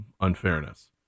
unfairness